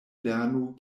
lernu